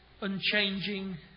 unchanging